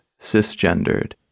cisgendered